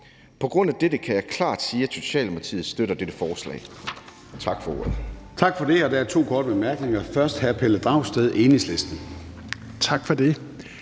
På grund af dette kan jeg klart sige, at Socialdemokratiet støtter dette forslag.